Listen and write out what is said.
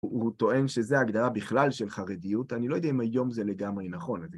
הוא טוען שזו הגדרה בכלל של חרדיות, אני לא יודע אם היום זה לגמרי נכון.